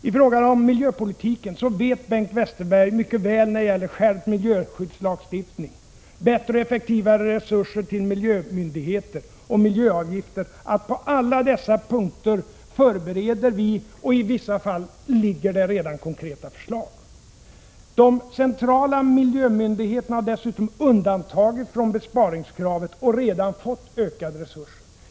I fråga om miljöpolitiken vet Bengt Westerberg mycket väl hur det ligger till när det gäller skärpt miljöskyddslagstiftning, bättre och effektivare resurser till miljömyndigheter och miljöavgifter och att vi på alla dessa punkter förbereder och i vissa fall redan lagt fram konkreta förslag. De centrala miljömyndigheterna har dessutom undantagits från besparingskravet och redan fått ökade resurser.